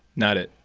not it